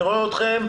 אני רואה אתכם.